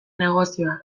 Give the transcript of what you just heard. negozioa